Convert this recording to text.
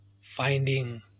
finding